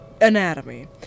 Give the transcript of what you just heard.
anatomy